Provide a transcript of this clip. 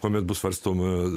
kuomet bus svarstoma